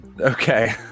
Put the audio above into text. Okay